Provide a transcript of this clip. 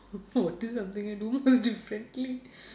what is something I do most differently